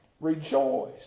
Rejoice